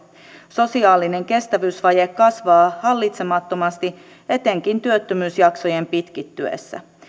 sosiaalinen kestävyysvaje kasvaa hallitsemattomasti etenkin työttömyysjaksojen pitkittyessä